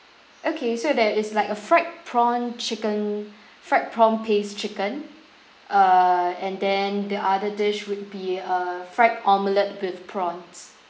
okay so there is like a fried prawn chicken fried prawn paste chicken err and then the other dish would be err fried omelette with prawns